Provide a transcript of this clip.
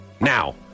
Now